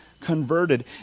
converted